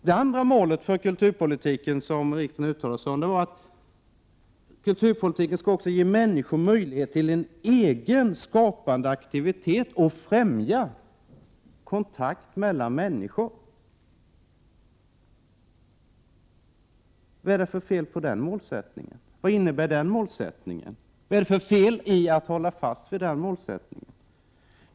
Det andra målet som riksdagen uttalade sig för är att kulturpolitiken skall ge människor möjlighet till egen skapande aktivitet och att den skall främja kontakt mellan människor. Vad är det för fel med den målsättningen? Vad innebär den? Vad är det för fel med att hålla fast vid denna målsättning?